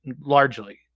largely